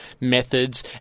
methods